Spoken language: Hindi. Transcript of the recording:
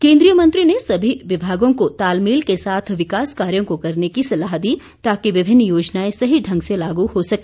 केंद्रीय मंत्री ने सभी विभागों को तालमेल के साथ विकास कार्यों को करने की सलाह दी ताकि विभिन्न योजनाएं सही ढंग से लागू हो सके